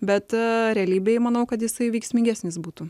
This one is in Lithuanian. bet realybėj manau kad jisai veiksmingesnis būtų